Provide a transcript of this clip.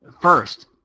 First